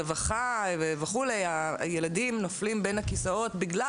רווחה וכו' הילדים נופלים בין הכיסאות בגלל